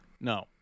no